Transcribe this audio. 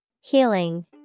Healing